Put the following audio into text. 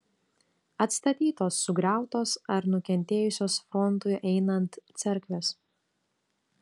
atstatytos sugriautos ar nukentėjusios frontui einant cerkvės